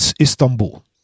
Istanbul